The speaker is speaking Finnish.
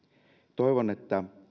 toivon että